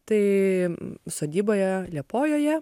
tai sodyboje liepojoje